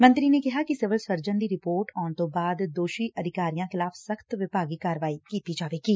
ਮੰਤਰੀ ਨੇ ਕਿਹਾ ਕਿ ਸਿਵਲ ਸਰਜਨ ਦੀ ਰਿਪੋਰਟ ਆਉਣ ਤੋਂ ਬਾਅਦ ਦੋਸ਼ੀ ਅਧਿਕਾਰੀਆਂ ਖ਼ਿਲਾਫ਼ ਸਖ਼ਤ ਵਿਭਾਗੀ ਕਾਰਵਾਈ ਕੀਤੀ ਜਾਵੇਗੀ